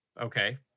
Okay